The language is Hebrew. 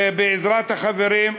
ובעזרת החברים,